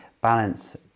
balance